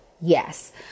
yes